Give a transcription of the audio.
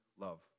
love